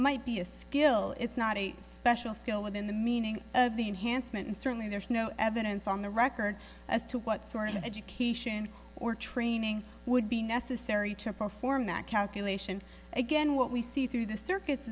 might be a skill it's not a special skill within the meaning of the enhancement and certainly there's no evidence on the record as to what sort of education or training would be necessary to perform that calculation again what we see through the circuits